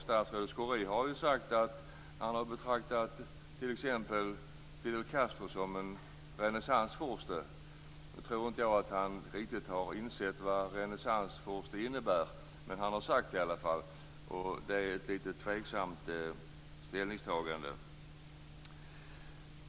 Statsrådet Schori betraktar Fidel Castro som en renässansfurste. Jag tror inte att han riktigt har insett vad renässansfurste innebär. Men han har sagt så. Det är ett tvivelaktigt ställningstagande.